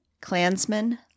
Klansmen